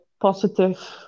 Positive